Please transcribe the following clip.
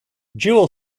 jewel